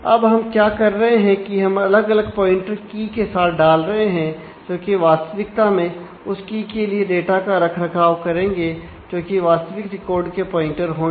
अब हम क्या कर रहे हैं कि हम अलग अलग प्वाइंटर की के साथ डाल रहे हैं जोकि वास्तविकता में उस की के लिए डेटा का रखरखाव करेंगे जोकि वास्तविक रिकॉर्ड के प्वाइंटर होंगे